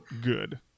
good